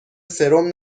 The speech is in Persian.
سرم